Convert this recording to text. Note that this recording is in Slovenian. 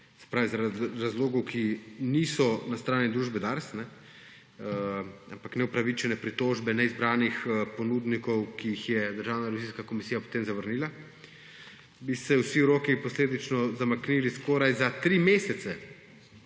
zaradi razlogov, ki niso na strani družbe Dars, ampak neupravičene pritožbe neizbranih ponudnikov, ki jih je Državna revizijska komisija potem zavrnila, bi se vsi roki posledično zamaknili skoraj za tri mesece;